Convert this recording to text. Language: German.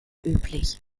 üblich